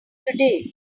today